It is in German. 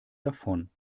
davon